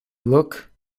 look